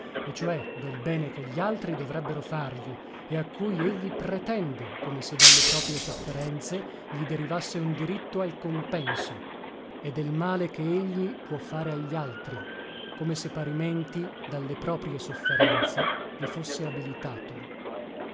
e cioè del bene che gli altri dovrebbero fargli e a cui egli pretende come se dalle proprie sofferenze gli derivasse un diritto al compenso e del male che egli può fare a gli altri come se parimenti dalle proprie sofferenze vi fosse abilitato